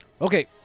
Okay